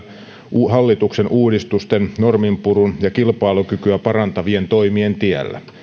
hallituksen uudistusten norminpurun ja kilpailukykyä parantavien toimien tiellä